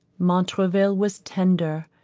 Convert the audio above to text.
montraville was tender,